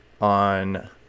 on